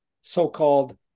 so-called